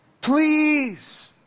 Please